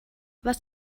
was